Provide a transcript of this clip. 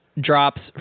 drops